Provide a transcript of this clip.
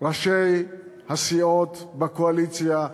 ראשי הסיעות בקואליציה,